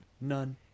None